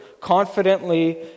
confidently